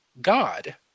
God